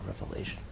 revelation